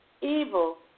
evil